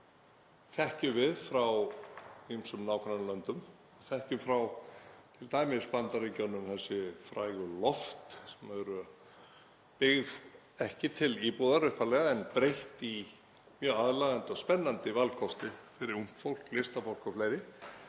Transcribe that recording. þekkjum við frá ýmsum nágrannalöndum. Við þekkjum frá t.d. Bandaríkjunum þessi frægu loft sem eru byggð, ekki sem íbúðir upphaflega en breytt í mjög aðlaðandi og spennandi valkosti fyrir ungt fólk, listafólk og fleiri,